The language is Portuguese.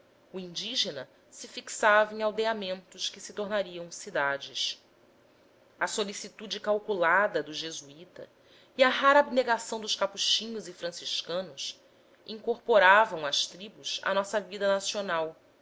o indígena se fixava em aldeamentos que se tornariam cidades a solicitude calculada do jesuíta e a rara abnegação dos capuchinhos e franciscanos incorporavam as tribos à nossa vida nacional